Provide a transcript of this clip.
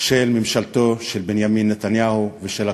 של ממשלתו של בנימין נתניהו ושל הקואליציה,